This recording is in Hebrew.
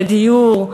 לדיור,